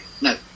No